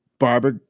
Barbara